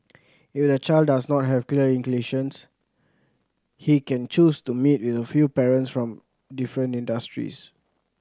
if the child does not have clear inclinations he can choose to meet with a few parents from different industries